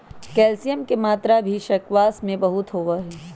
calcium के मात्रा भी स्क्वाश में बहुत होबा हई